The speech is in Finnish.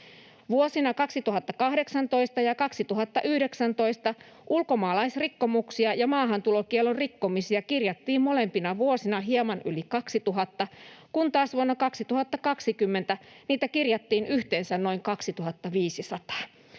Vuosina 2018 ja 2019 ulkomaalaisrikkomuksia ja maahantulokiellon rikkomisia kirjattiin molempina vuosina hieman yli 2 000, kun taas vuonna 2020 niitä kirjattiin yhteensä noin 2 500.”